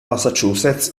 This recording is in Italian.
massachusetts